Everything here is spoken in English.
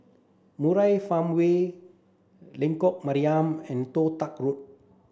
Murai Farmway Lengkok Mariam and Toh Tuck Road